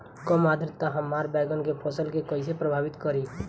कम आद्रता हमार बैगन के फसल के कइसे प्रभावित करी?